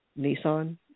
Nissan